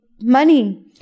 money